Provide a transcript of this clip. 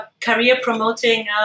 career-promoting